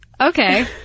Okay